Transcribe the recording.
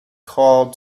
called